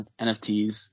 NFTs